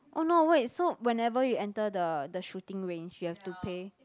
oh no wait so whenever you enter the the shooting range you have to pay